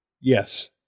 Yes